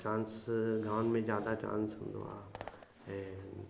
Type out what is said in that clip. chance गांवनि में ज्यादा चांस हूंदो आहे ऐं